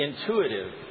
intuitive